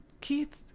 Keith